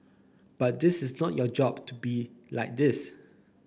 but this is not your job to be like this